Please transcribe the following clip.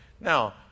Now